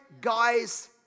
guys